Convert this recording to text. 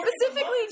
specifically